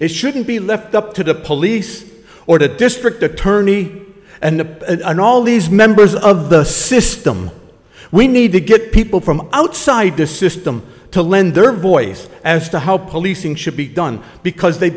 it shouldn't be left up to the police or the district attorney and a and all these members of the system we need to get people from outside to system to lend their voice as to how policing should be done because they